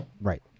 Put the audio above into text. Right